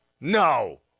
No